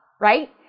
right